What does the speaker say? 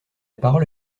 parole